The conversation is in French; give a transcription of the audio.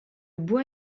bois